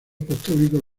apostólico